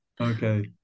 Okay